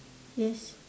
yes